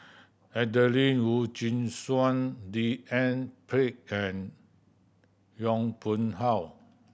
Adelene Wee Chin Suan D N Pritt and Yong Pung How